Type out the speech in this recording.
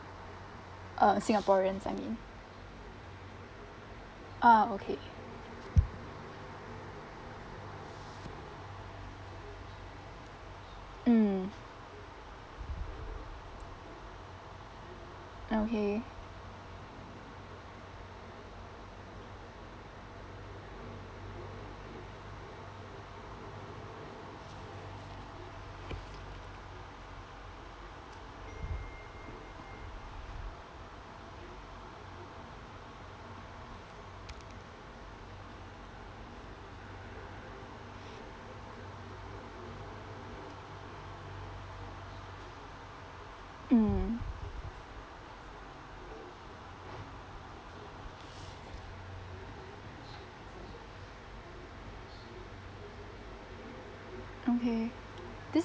uh singaporeans I mean ah okay mm okay mm okay this